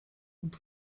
und